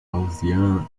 gaussiana